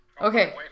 Okay